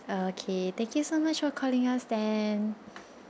okay thank you so much for calling us then